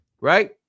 Right